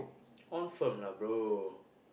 confirm lah bro